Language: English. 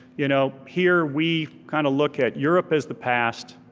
you know here we kinda look at europe as the past,